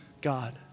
God